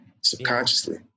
subconsciously